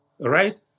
right